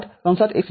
x' z